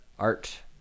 art